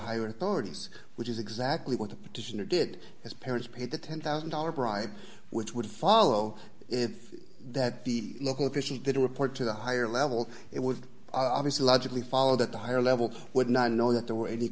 authorities which is exactly what the petitioner good his parents paid the ten thousand dollars bribe which would follow if that the local officials didn't report to the higher level it would obviously logically follow that the higher level would not know that there were any